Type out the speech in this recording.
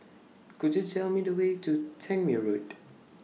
Could YOU Tell Me The Way to Tangmere Road